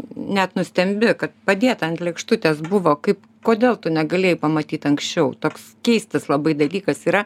net nustembi kad padėta ant lėkštutės buvo kaip kodėl tu negalėjai pamatyt anksčiau toks keistas labai dalykas yra